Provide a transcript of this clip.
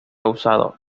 usado